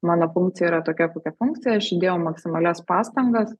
mano funkcija yra tokia kokia funkcija aš įdėjau maksimalias pastangas